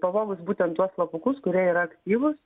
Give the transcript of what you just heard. pavogus būtent tuos slapukus kurie yra aktyvūs